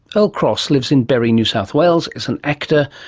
earle cross lives in berry, new south wales, is an actor,